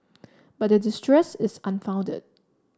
but their distress is unfounded